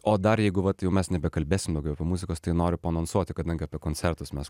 o dar jeigu vat jau mes nebekalbėsim daugiau apie muzikos tai noriu paanonsuoti kadangi apie koncertus mes